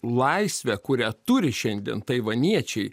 laisvę kurią turi šiandien taivaniečiai